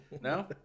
No